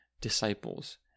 disciples